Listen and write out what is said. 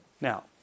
Now